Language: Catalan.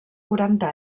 quaranta